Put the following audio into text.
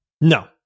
no